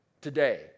today